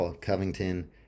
Covington